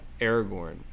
Aragorn